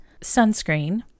sunscreen